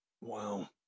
Wow